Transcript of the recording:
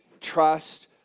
trust